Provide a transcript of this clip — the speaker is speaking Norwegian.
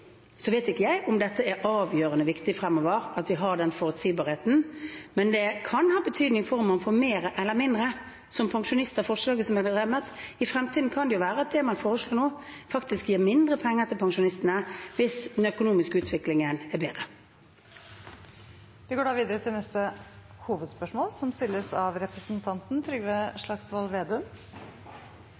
vet ikke om det er avgjørende viktig fremover at vi har den forutsigbarheten, men det kan ha betydning for om man får mer eller mindre som pensjonist det forslaget som er blitt fremmet. I fremtiden kan det jo være at det man foreslår nå, faktisk gir mindre penger til pensjonistene hvis den økonomiske utviklingen er bedre. Vi går videre til neste hovedspørsmål.